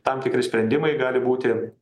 tam tikri sprendimai gali būti